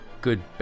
good